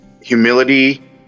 humility